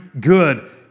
good